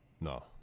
No